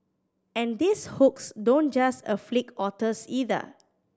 and these hooks don't just afflict otters either